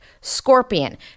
Scorpion